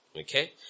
Okay